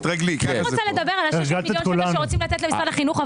אני רוצה לדבר על ה-600 מיליון שקל שרוצים לתת למשרד החינוך.